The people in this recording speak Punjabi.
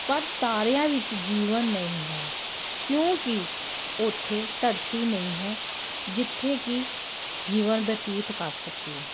ਪਰ ਤਾਰਿਆਂ ਵਿੱਚ ਜੀਵਨ ਨਹੀਂ ਹੈ ਕਿਉਂਕਿ ਉੱਥੇ ਧਰਤੀ ਨਹੀਂ ਹੈ ਜਿੱਥੇ ਕਿ ਜੀਵਨ ਬਤੀਤ ਕਰ ਸਕੀਏ